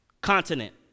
continent